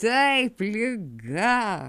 taip liga